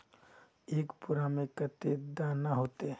एक बोड़ा में कते दाना ऐते?